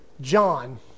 John